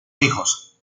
hijos